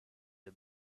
the